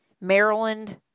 maryland